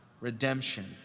redemption